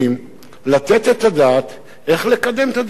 לתת את הדעת איך לקדם את הדברים האלה.